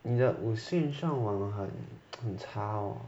你的无线上网很 很吵